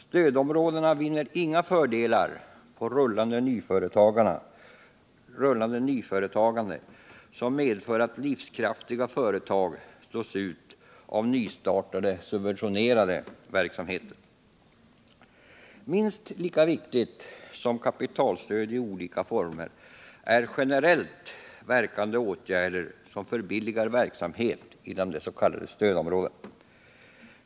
Stödområdena vinner inga fördelar på rullande nyföretagande som medför att livskraftiga företag slås ut av nystartade subventionerade verksamheter. Minst lika viktigt som kapitalstöd i olika former är generellt verkande åtgärder som förbilligar verksamhet inom de s.k. stödområdena.